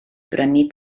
brynu